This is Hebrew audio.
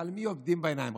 אז על מי עובדים בעיניים?